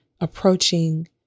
approaching